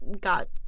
got